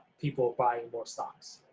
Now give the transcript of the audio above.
people buying more stocks,